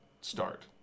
start